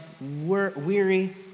weary